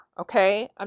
Okay